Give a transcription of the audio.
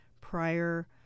prior